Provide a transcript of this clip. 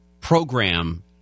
program